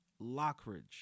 Lockridge